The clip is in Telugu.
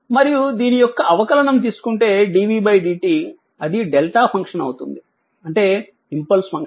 మరియు దీని యొక్క అవకలనం తీసుకుంటే dvdt అది డెల్టా ఫంక్షన్ అవుతుంది అంటే ఇంపల్స్ ఫంక్షన్